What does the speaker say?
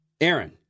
Aaron